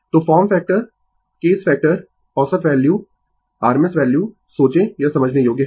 तो form factor crest factor औसत value RMS value सोचें यह समझने योग्य है